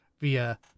via